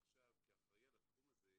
כאחראי על התחום הזה,